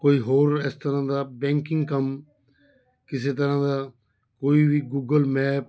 ਕੋਈ ਹੋਰ ਇਸ ਤਰ੍ਹਾਂ ਦਾ ਬੈਂਕਿੰਗ ਕੰਮ ਕਿਸੇ ਤਰ੍ਹਾਂ ਦਾ ਕੋਈ ਵੀ ਗੂਗਲ ਮੈਪ